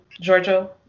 Giorgio